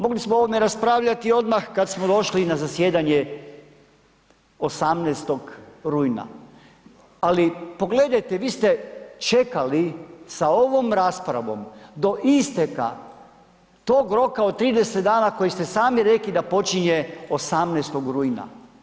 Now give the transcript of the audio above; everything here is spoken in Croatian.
Mogli smo o ovome raspravljati i odmah kada smo došli na zasjedanje 18. rujna ali pogledajte, vi ste čekali sa ovom raspravom do isteka tog roka od 30 dana koji ste sami rekli da počinje 18. rujna.